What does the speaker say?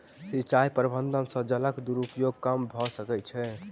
सिचाई प्रबंधन से जलक दुरूपयोग कम भअ सकै छै